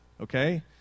okay